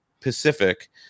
Pacific